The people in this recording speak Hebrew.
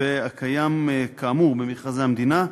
והקיים כאמור במכרזי המדינה,